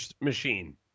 machine